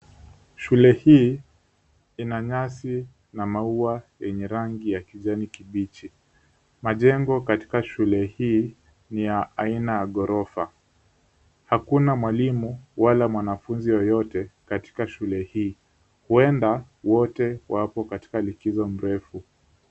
Shule hii ina nyasi na maua yenye rangi ya kijani kibichi. Majengo katika shule hii ni ya aina ya ghorofa. Hakuna mwalimu wala mwanafunzi yeyote katika shule hii, huenda wote wapo katika likizo mrefu.